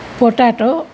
potato